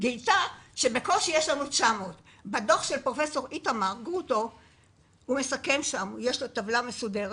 והיא גילתה שבקושי יש לנו 900. בדוח של איתמר גרוטו כתוב בטבלה מסודרת